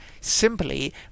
simply